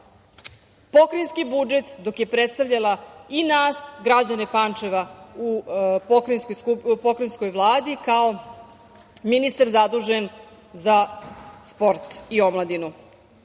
pokrajinski budžet, dok je predstavljala i nas građane Pančeva u pokrajinskoj Vladi kao ministar zadužen za sport i omladinu. Pomislila